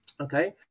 Okay